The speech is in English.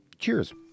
Cheers